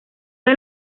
del